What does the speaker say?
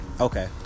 Okay